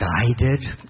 guided